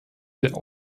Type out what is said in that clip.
der